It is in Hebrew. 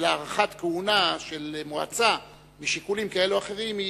של הארכת כהונה של מועצה משיקולים כאלה ואחרים,